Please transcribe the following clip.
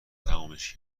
تمومش